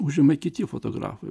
užėmė kiti fotografai